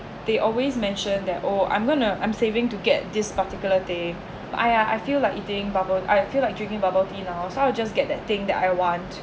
they always mention that oh I'm gonna I'm saving to get this particular day !aiya! I feel like eating bubble I feel like drinking bubble tea now so I will just get that thing that I want